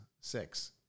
six